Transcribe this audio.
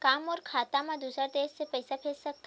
का मोर खाता म दूसरा देश ले पईसा भेज सकथव?